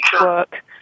work